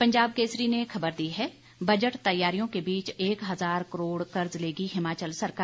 पंजाब केसरी ने खबर दी है बजट तैयारियों के बीच एक हजार करोड़ कर्ज लेगी हिमाचल सरकार